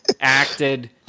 acted